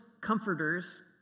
comforters